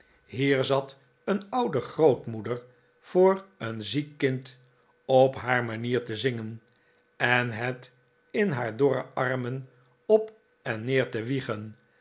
hier zat een oude grootmoeder voor een ziek kind op haar manier te zingen en het in haar dorre armen op en neer te wiegen